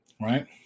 Right